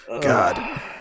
god